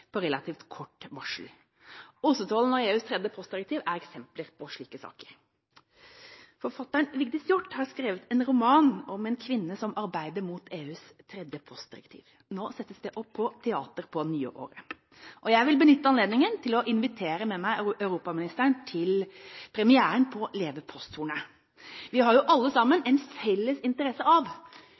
på relativt kort varsel. Ostetollen og EUs tredje postdirektiv er eksempler på slike saker. Forfatteren Vigdis Hjorth har skrevet en roman om en kvinne som arbeider mot EUs tredje postdirektiv. Den settes opp på teateret på nyåret, og jeg vil benytte anledningen til å invitere med meg europaministeren til premieren på «Leve posthornet!». Vi har alle sammen felles interesse av